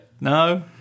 No